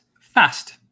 fast